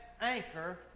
anchor